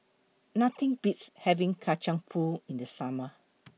Nothing Beats having Kacang Pool in The Summer